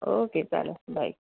okay चालेल bye